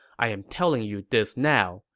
i am telling you this now.